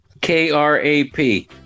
K-R-A-P